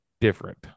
different